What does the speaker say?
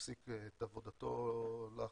שהפסיק את עבודתו לאחרונה,